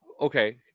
Okay